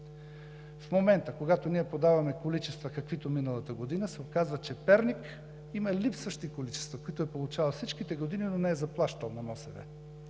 В момента ние подаваме количества каквито са за миналата година, а се оказа, че в Перник има липсващи количества, които са получавани за всичките години, но не са заплащани на МОСВ.